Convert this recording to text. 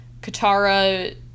Katara